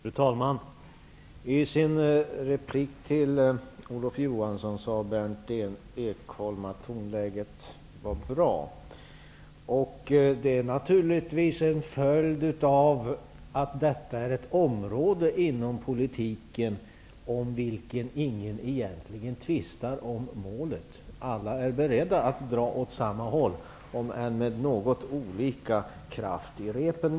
Fru talman! I sin replik på Olof Johanssons anförande sade Berndt Ekholm att tonläget var bra. Det är naturligtvis en följd av att detta är ett område inom politiken där ingen egentligen tvistar om målet. Alla är beredda att dra åt samma håll, om än måhända med något olika kraft i repen.